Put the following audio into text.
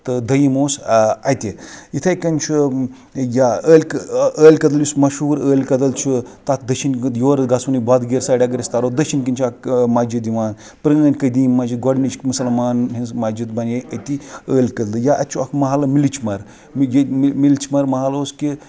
تہٕ دٔیِم اوس اَتہِ یِتھٕے کٕنۍ چھُ یا عٲلۍ کدلہٕ عٲلۍ کدلہٕ یُس مَشہوٗر عٲلۍ کدل چھُ تَتھ دٔچھِنۍ کِنۍ یورٕ گَژھوُنٕے بدگیر سایِڈٕ اَگر أسۍ تَرو دٔچھِنۍ کِنۍ چھُ اَکھ مَسجِد یِوان پرٲنۍ قٔدیٖم مَسجِد گۄڈنِچ مسلمانن ہِنٛز مَسجِد بَنے أتی عٲلۍ کدلہٕ یا اَتہِ چھُ اَکھ مَحلہٕ مِلِچ مَر مِلِچ مَر مَحلہٕ اوس کہِ